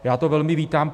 Já to velmi vítám.